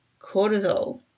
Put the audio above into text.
cortisol